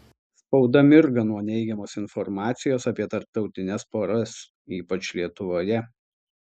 spauda mirga nuo neigiamos informacijos apie tarptautines poras ypač lietuvoje